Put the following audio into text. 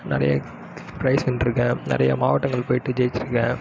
நிறைய ப்ரைஸ் வென்றுக்கேன் நிறைய மாவட்டங்கள் போய்ட்டு ஜெயிச்சிருக்கேன்